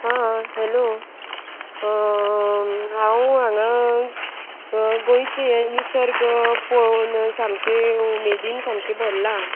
हां हेलो हांव हांगा गोंयचे हे निसर्ग पळोवन सामकें उमेदीन सामकें भरलां